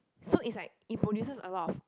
so is like it produces a lot of